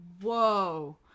whoa